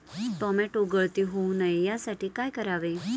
Tomato गळती होऊ नये यासाठी काय करावे?